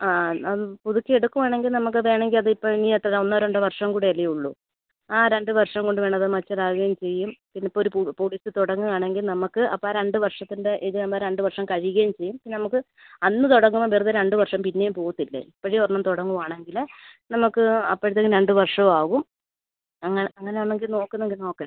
ആ ആ പുതുക്കി എടുക്കുവാണെങ്കിൽ നമുക്ക് വേണമെങ്കിൽ അത് ഇപ്പോൾ ഇനി എത്ര ഒന്നോ രണ്ടോ വർഷം കൂടെ അല്ലേ ഉള്ളൂ ആ രണ്ട് വർഷം കൊണ്ട് വേണമെങ്കിൽ അത് മച്യൂർ ആവുകയും ചെയ്യും ഇപ്പോൾ ഒരു പോ പോളിസി തുടങ്ങുവാണെങ്കിൽ നമുക്ക് അപ്പോൾ ആ രണ്ട് വർഷത്തിൻ്റെ ഏജ് ആവുമ്പോൾ രണ്ട് വർഷം കഴിയുകയും ചെയ്യും നമുക്ക് അന്ന് തുടങ്ങുമ്പോൾ വെറുതെ രണ്ട് വർഷം പിന്നെയും പോവില്ലേ ഇപ്പോഴേ ഒരെണ്ണം തുടങ്ങുവാണെങ്കിൽ നമുക്ക് അപ്പോഴത്തേനും രണ്ട് വർഷവും ആവും അങ്ങനെ അങ്ങനെയാണെങ്കിൽ നോക്കുന്നെങ്കിൽ നോക്ക്